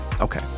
okay